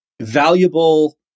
valuable